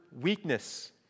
weakness